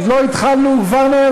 עוד לא התחלנו, הוא כבר נעלם.